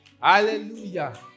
Hallelujah